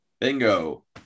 Bingo